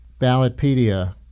Ballotpedia